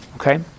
Okay